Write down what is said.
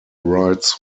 rights